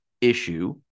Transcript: issue